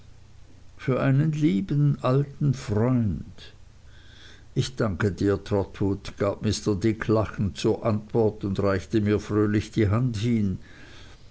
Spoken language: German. für einen lieben alten freund ich danke dir trotwood gab mr dick lachend zur antwort und reichte mir fröhlich die hand hin